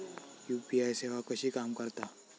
UPI सेवा कशी काम करता?